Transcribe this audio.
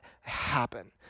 happen